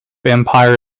empire